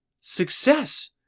Success